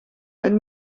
han